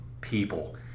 people